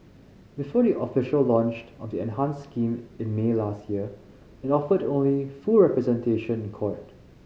before the official launch of the enhanced scheme in May last year it offered only full representation in court